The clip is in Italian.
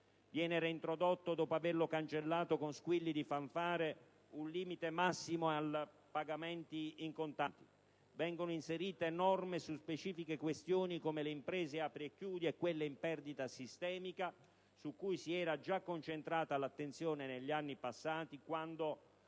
viene reintrodotto, dopo averlo cancellato con squilli di fanfare, un limite massimo ai pagamenti in contanti; vengono inserite norme su specifiche questioni come le imprese apri e chiudi e quelle in perdita sistemica, su cui si era già concentrata l'attenzione negli anni passati, quando